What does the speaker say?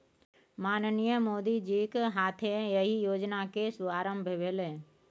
माननीय मोदीजीक हाथे एहि योजना केर शुभारंभ भेलै